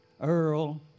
Earl